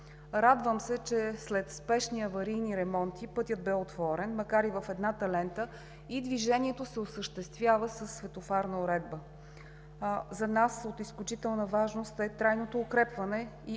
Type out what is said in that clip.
Радвам се, че след спешни аварийни ремонти пътят бе отворен, макар и в едната лента. Движението се осъществява със светофарна уредба. За нас от изключителна важност е трайното укрепване и